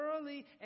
early